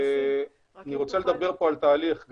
אני רוצה לתאר פה תהליך.